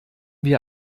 wir